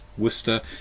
Worcester